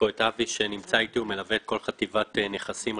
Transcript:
כאן אבי שמלווה את כל חטיבת נכסים,